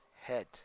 head